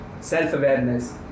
self-awareness